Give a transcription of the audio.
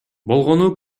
болгону